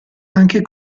anche